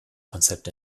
konzept